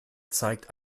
zeigt